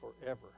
forever